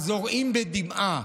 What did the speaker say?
"הזרעים בדמעה".